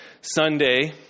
Sunday